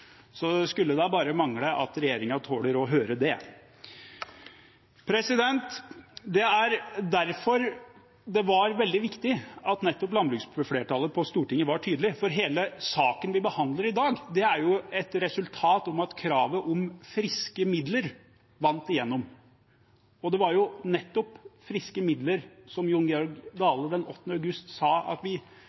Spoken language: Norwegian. Så det skulle da bare mangle at ikke regjeringen tåler å høre det. Det er derfor det var veldig viktig at nettopp landbruksflertallet på Stortinget var tydelig, for hele saken vi behandler i dag, er jo et resultat av at kravet om friske midler vant igjennom. Og det var nettopp friske midler som Jon Georg Dale den 8. august sa at